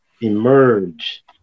emerge